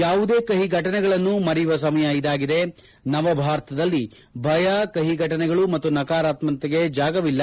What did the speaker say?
ಯಾವುದೇ ಕಓ ಘಟನೆಗಳನ್ನು ಮರೆಯುವ ಸಮಯ ಇದಾಗಿದೆ ನವಭಾರತದಲ್ಲಿ ಭಯ ಕಓ ಘಟನೆಗಳು ಮತ್ತು ನಕಾರಾತ್ಮಕತೆಗೆ ಜಾಗಎಲ್ಲ